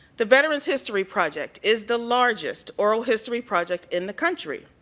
the veterans history project is the largest oral history project in the country.